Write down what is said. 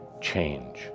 change